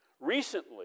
Recently